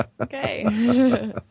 Okay